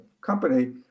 company